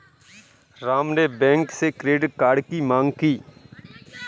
राम ने बैंक से credit card की माँग की